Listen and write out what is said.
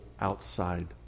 outside